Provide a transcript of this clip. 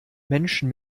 menschen